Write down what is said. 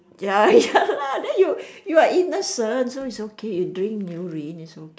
ya ya lah then you you are innocent so it's okay you drink urine it's okay